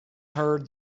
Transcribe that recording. heard